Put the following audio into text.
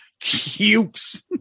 Cukes